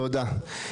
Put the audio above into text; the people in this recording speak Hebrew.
תודה.